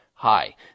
Hi